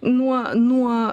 nuo nuo